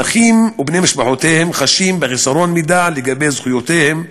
הנכים ובני משפחותיהם חשים בחוסר מידע על זכויותיהם,